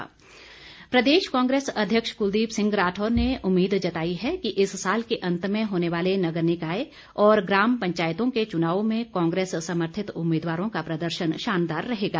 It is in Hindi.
राठौर प्रदेश कांग्रेस अध्यक्ष कुलदीप सिंह राठौर ने उम्मीद जताई है कि इस साल के अंत में होने वाले नगर निकाय ग्राम पंचायतों के चुनावों में कांग्रेस समर्थित उम्मीदवारों का प्रदर्शन शानदार रहेगा